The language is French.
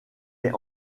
est